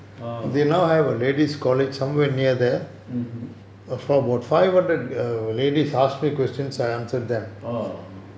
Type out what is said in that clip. orh mmhmm orh